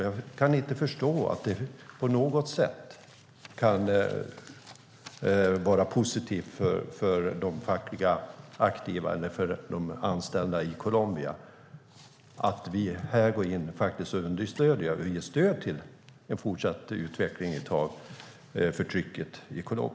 Jag kan inte förstå att det på något sätt kan vara positivt för de fackligt aktiva eller för anställda i Colombia att vi går in och ger stöd till fortsatt utveckling av förtrycket i landet.